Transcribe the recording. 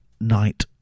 night